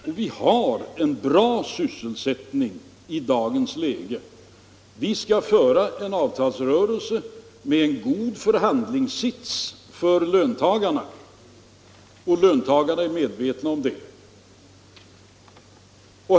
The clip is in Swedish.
Och vi har en bra sysselsättning i dagens läge. Vi skall föra en avtalsrörelse med en god förhandlingssits för löntagarna, och löntagarna är medvetna om det.